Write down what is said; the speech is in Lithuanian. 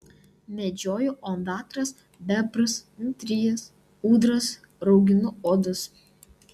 medžioju ondatras bebrus nutrijas ūdras rauginu odas